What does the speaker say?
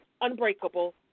unbreakable